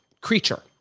creature